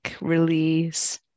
Release